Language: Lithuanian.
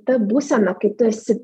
ta būsena kai tu esi